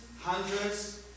hundreds